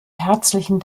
herzlichen